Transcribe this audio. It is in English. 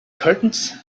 curtains